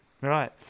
Right